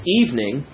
evening